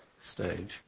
stage